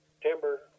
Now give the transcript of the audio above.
timber